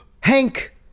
Hank